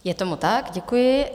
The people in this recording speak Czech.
Je tomu tak, děkuji.